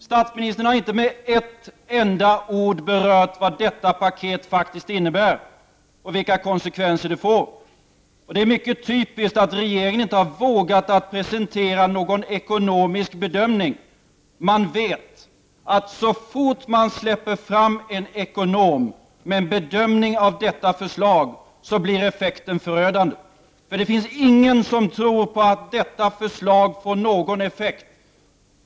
Statsministern har inte med ett enda ord berört vad regeringspaketet faktiskt innebär och vilka konsekvenser det får. Det är mycket typiskt att regeringen inte har vågat presentera någon ekonomisk bedömning. Man vet att så snart man släpper fram en ekonom och låter honom bedöma detta paket, blir effekten förödande. Det finns inte någon som tror att detta förslag får någon effekt.